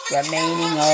remaining